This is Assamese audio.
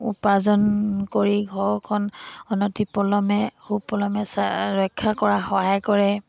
উপাৰ্জন কৰি ঘৰখন অনতিপলমে সুকলমে ৰক্ষা কৰা সহায় কৰে